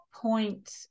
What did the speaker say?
point